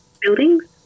buildings